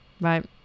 right